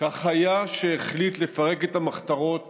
כך היה כשהחליט לפרק את המחתרות